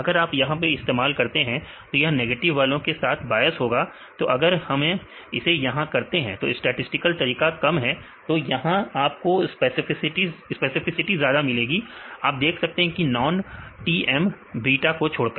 अगर आप यहां इस्तेमाल करते हैं तो यह नेगेटिव वालों के साथ बायस होगा तो अगर हम इसे यहां करते हैं तो स्टैटिसटिकल तरीका कम है तो यहां आपको स्पेसिफिसिटी ज्यादा मिलेगी आप देख सकते हैं नॉन TM बीटा को छोड़कर